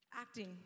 acting